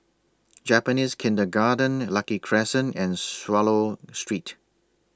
Japanese Kindergarten Lucky Crescent and Swallow Street